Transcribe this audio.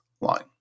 line